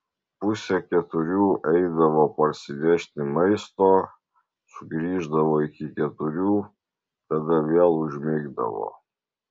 pusę keturių eidavo parsinešti maisto sugrįždavo iki keturių tada vėl užmigdavo